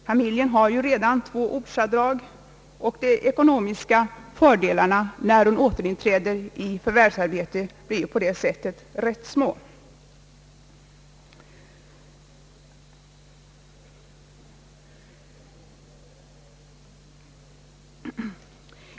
Familjen har ju redan två ortsavdrag, och de ekonomiska fördelarna efter hennes återinträde i förvärvsarbete blir därför rätt små.